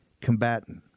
combatant